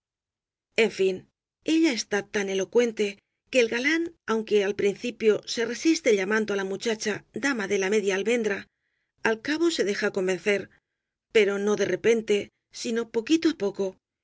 en fin ella está tan elocuente que el galán aunque al principio se resiste llamando á la muchacha dama de la media almendra al cabo se deja convencer pero no de repente sino poquito á poco